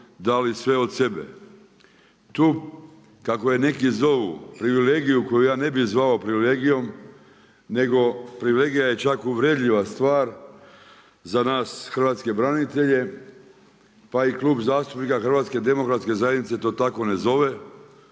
dali sve od sebe. Tu, kako je neki zovu privilegiju koju ja ne bih zvao privilegijom nego privilegija je čak uvredljiva stvar za nas hrvatske branitelje pa i Klub zastupnika HDZ-a to tako ne zove,